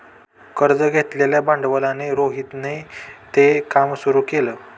कर्ज घेतलेल्या भांडवलाने रोहितने हे काम सुरू केल